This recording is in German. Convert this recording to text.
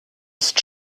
ist